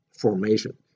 formation